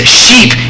sheep